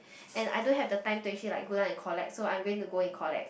and I don't have the time to actually like go down and collect so I'm going to go and collect